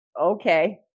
okay